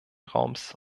raums